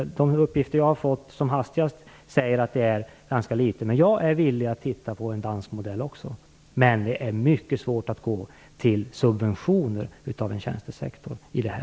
De uppgifter som jag hastigast tagit del av ger vid handen att det är ganska få. Jag är villig att titta på en dansk modell, men det är mycket svårt att i nuvarande läge gå in för en subventionering av en tjänstesektor.